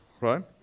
right